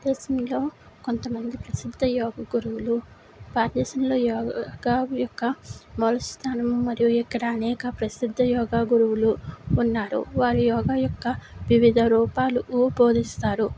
లో కొంతమంది ప్రసిద్ధ యోగ గురువులు లో యోగా యొక్క మొదటి స్థానము మరియు ఇక్కడ అనేక ప్రసిద్ధ యోగా గురువులు ఉన్నారు వారి యోగా యొక్క వివిధ రూపాలు బోధిస్తారు